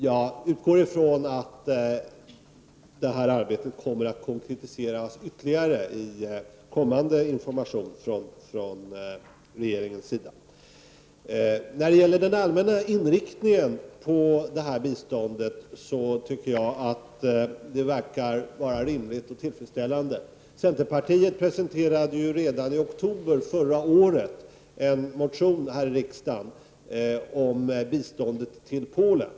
Jag utgår från att arbetet kommer att konkretiseras ytterligare i kommande information från regeringen. Den allmänna inriktningen av biståndet verkar vara rimlig och tillfredsställande. Centerpartiet presenterade i oktober förra året en motion här i riksdagen om biståndet till Polen.